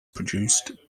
produced